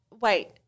wait